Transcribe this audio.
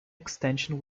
extension